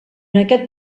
aquest